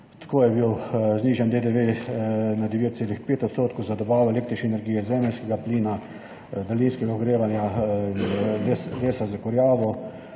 Tako je bil znižan DDV na 9,5 % za dobavo električne energije, zemeljskega plina, daljinskega ogrevanja, lesa za kurjavo.